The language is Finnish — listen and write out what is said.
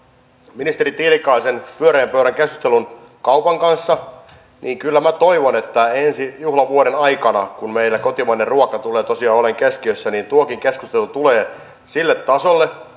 ministeri tiilikaisen pyöreän pöydän keskustelun kaupan kanssa ja kyllä minä toivon että ensi juhlavuoden aikana kun meillä kotimainen ruoka tulee tosiaan olemaan keskiössä tuokin keskustelu tulee sille tasolle